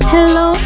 Hello